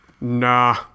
Nah